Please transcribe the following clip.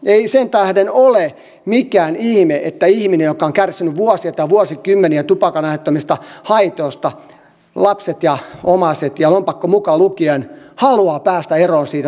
ei sen tähden ole mikään ihme että ihminen joka on kärsinyt vuosia tai vuosikymmeniä tupakan aiheuttamista haitoista lapset omaiset ja lompakko mukaan lukien haluaa päästä eroon siitä tavalla jos toisella